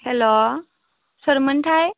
हेल' सोरमोनथाय